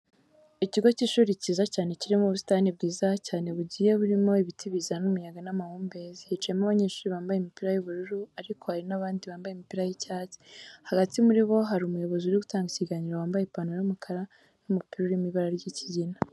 Ikigo cy'ishuri cyiza cyane kirimo ubusitani bwiza cyane bugiye burimo ibiti bizana umuyaga n'amahumbezi, hicayemo abanyeshuri bambaye imipira y'ubururu ariko hari n'abandi bambaye imipira y'icyatsi. Hagati muri bo hari umuyobozi uri gutanga ikiganiro wambaye ipantaro y'umukara n'umupira urimo ibara ry'ikigina.